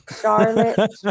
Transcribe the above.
charlotte